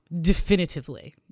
definitively